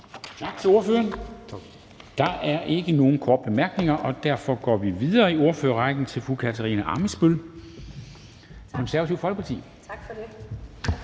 Tak til ordføreren. Der er ikke nogen korte bemærkninger, og derfor går vi videre i ordførerrækken til fru Katarina Ammitzbøll, Det Konservative Folkeparti. Kl.